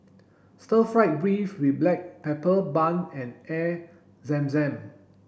stir fried beef with black pepper bun and Air Zam Zam